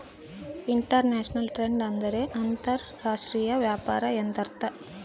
inter national trade ಎಂದರೆ ಅಂತರ್ ರಾಷ್ಟ್ರೀಯ ವ್ಯಾಪಾರ ಎಂದರ್ಥ